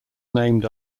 named